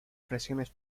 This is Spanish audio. presiones